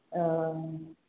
ओ